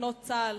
אלמנות צה"ל.